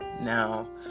Now